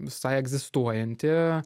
visai egzistuojanti